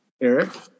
eric